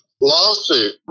lawsuit